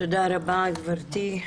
תודה רבה, גברתי.